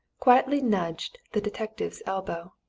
quietly nudged the detective's elbow.